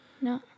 No